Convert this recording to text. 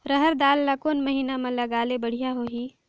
रहर दाल ला कोन महीना म लगाले बढ़िया होही?